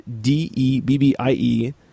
D-E-B-B-I-E